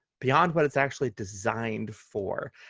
beyond what it's actually designed for.